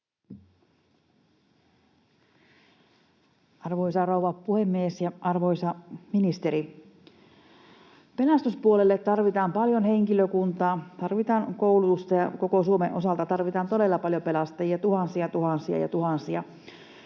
Arvoisa rouva puhemies ja arvoisa ministeri! Pelastuspuolelle tarvitaan paljon henkilökuntaa, tarvitaan koulutusta, ja koko Suomen osalta tarvitaan todella paljon pelastajia; tuhansia, tuhansia